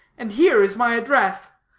and here is my address.